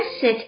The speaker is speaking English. sit